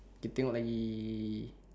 kita tengok lagi